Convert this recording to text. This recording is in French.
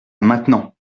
maintenant